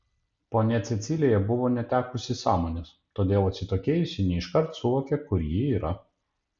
ponia cecilija buvo netekusi sąmonės todėl atsitokėjusi ne iškart suvokė kur ji yra